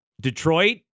Detroit